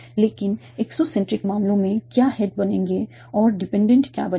लेकिन एक्सोसेंट्रिक मामलों में क्या हेड बनेंगे और डिपेंडेंट क्या बनेंगे